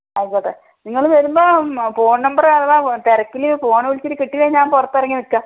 ആയിക്കോട്ടെ നിങ്ങൾ വരുമ്പം ഫോൺ നമ്പർ അഥവാ തിരക്കില് ഫോണ് വിളിച്ചിട്ട് കിട്ടി കഴിഞ്ഞാൽ ഞാൻ പുറത്ത് ഇറങ്ങി നിൽക്കാം